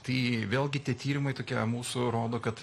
tai vėlgi tie tyrimai tokie mūsų rodo kad